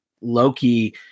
Loki